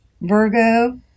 Virgo